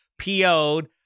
PO'd